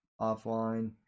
offline